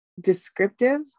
descriptive